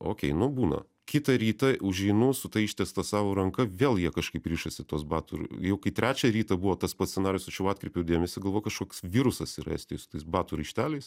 okei nu būna kitą rytą užeinu su ta ištiesta savo ranka vėl jie kažkaip rišasi tuos batų jau kai trečią rytą buvo tas pats scenarijus aš jau atkreipiau dėmesį galvoju kažkoks virusas yra estijoj su tais batų raišteliais